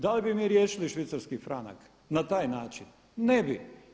Da li bi mi riješili švicarski franak na taj način, ne bi.